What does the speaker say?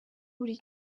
buri